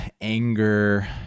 anger